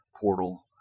portal